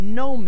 no